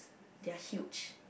their huge